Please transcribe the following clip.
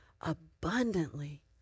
abundantly